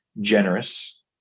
generous